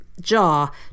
jaw